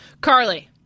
Carly